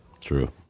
True